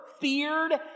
feared